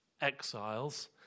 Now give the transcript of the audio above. exiles